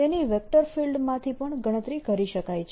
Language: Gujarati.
તેની વેક્ટર ફીલ્ડ માંથી પણ ગણતરી કરી શકાય છે